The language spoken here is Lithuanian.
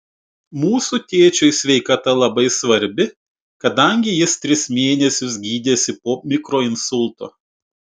mūsų tėčiui sveikata labai svarbi kadangi jis tris mėnesius gydėsi po mikroinsulto